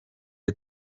com